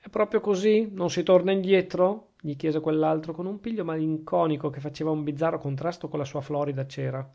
è proprio così non si ritorna indietro gli chiese quell'altro con un piglio malinconico che faceva un bizzarro contrasto con la sua florida cera